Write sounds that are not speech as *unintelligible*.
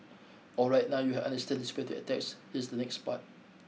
alright now you understand the *unintelligible* attacks here's the next part